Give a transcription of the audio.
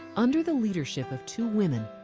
under the leadership of two women,